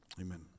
amen